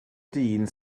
dyn